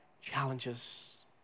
challenges